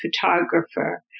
photographer